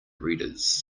readers